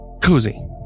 cozy